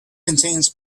contains